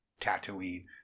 Tatooine